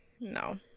No